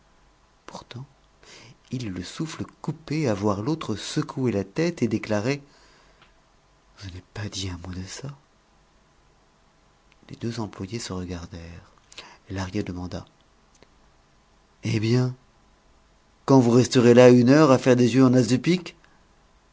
pourtant il eut le souffle coupé à voir l'autre secouer la tête et déclarer je n'ai pas dit un mot de ça les deux employés se regardèrent lahrier demanda eh bien quand vous resterez là une heure à faire des yeux en as de pique